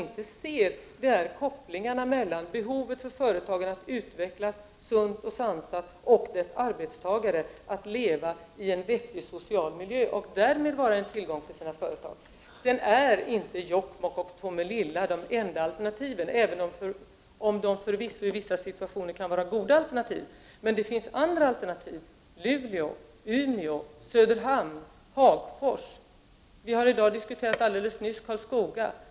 De ser inte kopplingarna mellan behovet för företagen att utvecklas sunt och sansat och för deras arbetstagare att leva i en vettig social miljö och därmed vara en tillgång för sina företag. Jokkmokk och Tomelilla är inte de enda alternativen, även om de förvisso i vissa situationer kan vara goda alternativ. Men det finns andra alternativ, t.ex. Luleå, Umeå, Söderhamn och Hagfors. Vi har i dag alldeles nyss diskuterat Karlskoga.